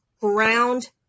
ground